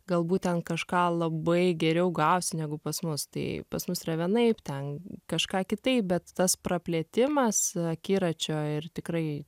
galbūt ten kažką labai geriau gausi negu pas mus tai pas mus yra vienaip ten kažką kitaip bet tas praplėtimas akiračio ir tikrai